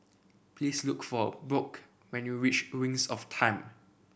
please look for Brooke when you reach Wings of Time